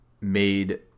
made